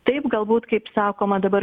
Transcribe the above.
taip galbūt kaip sakoma dabar